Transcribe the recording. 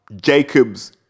Jacobs